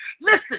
Listen